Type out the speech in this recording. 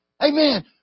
Amen